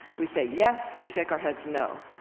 we say yes, we shake our heads no.